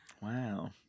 Wow